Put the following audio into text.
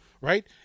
right